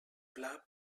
pla